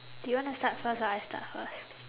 do you want to start first or I start first